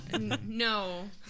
No